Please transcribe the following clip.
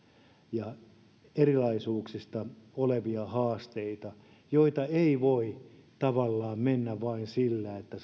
ja erilaisuuksista johtuvia haasteita joissa ei voi tavallaan mennä vain sillä että